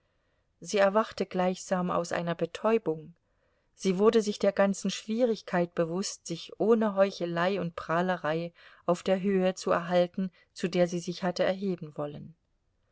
sie erwachte gleichsam aus einer betäubung sie wurde sich der ganzen schwierigkeit bewußt sich ohne heuchelei und prahlerei auf der höhe zu erhalten zu der sie sich hatte erheben wollen